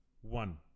one